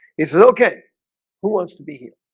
he said okay who wants to be here?